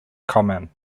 common